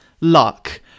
luck